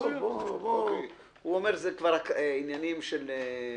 הוא אומר שזה כבר עניינים של ניסוח.